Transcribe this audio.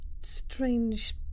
Strange